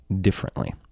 differently